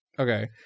Okay